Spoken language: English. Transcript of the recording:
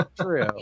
true